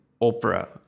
opera